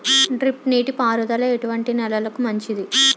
Drip నీటి పారుదల ఎటువంటి నెలలకు మంచిది?